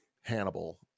Hannibal